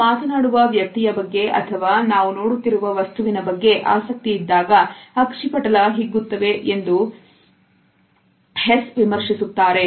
ನಾವು ಮಾತನಾಡುವ ವ್ಯಕ್ತಿಯ ಬಗ್ಗೆ ಅಥವಾ ನಾವು ನೋಡುತ್ತಿರುವ ವಸ್ತುವಿನ ಬಗ್ಗೆ ಆಸಕ್ತಿ ಇದ್ದಾಗ ಅಕ್ಷಿಪಟಲ ಹಿಗ್ಗುತ್ತವೆ ಎಂದು ಎಖಾರ್ಡ್ ಹೆಸ್ ವಿಮರ್ಶಿಸಿದ್ದಾರೆ